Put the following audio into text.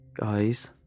Guys